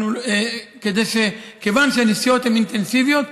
כיון שהנסיעות הן אינטנסיביות,